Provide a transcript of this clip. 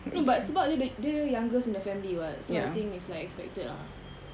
no but sebab dia dia youngest in the family [what] so I think it's like expected ah